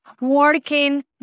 working